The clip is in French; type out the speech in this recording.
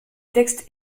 texte